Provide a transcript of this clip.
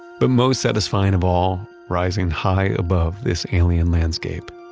but most satisfying of all, rising high above this alien landscape,